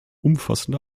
umfassende